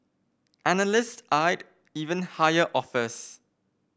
analysts eyed even higher offers